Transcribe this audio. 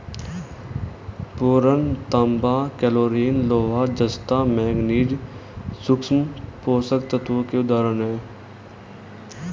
boron, तांबा, chlorine, लोहा, जस्ता, मैंगनीज सूक्ष्म पोषक तत्वों के उदाहरण हैं